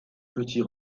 petits